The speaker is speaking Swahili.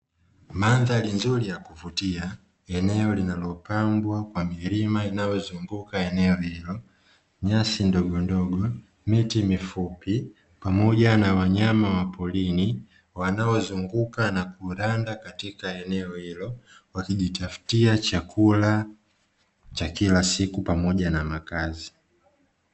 Mandhari nzuri ya kuvutia, eneo linalopambwa kwa milima inayozunguka eneo hilo, nyasi ndogo ndogo, miti mifupi pamoja na wanyama wa porini wanaozunguka na kulanda katika eneo hilo wakijitafutia chakula cha kila siku pamoja na makazi.